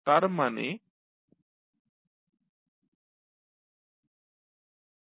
তার মানে Rk0k12pk≠j